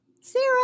Sarah